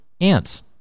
ants